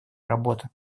работа